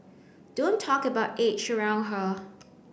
don't talk about age around her